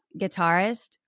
guitarist